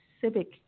civic